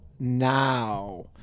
now